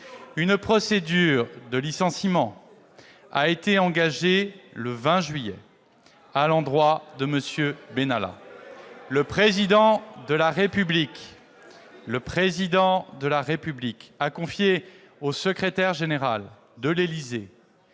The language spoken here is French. Une procédure de licenciement a été engagée le 20 juillet à son endroit. Le Président de la République a confié au secrétaire général de l'Élysée